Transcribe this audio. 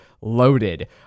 loaded